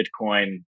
Bitcoin